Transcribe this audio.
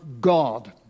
God